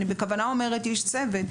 אני בכוונה אומרת "איש צוות",